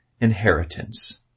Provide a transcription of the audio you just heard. Inheritance